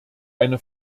eine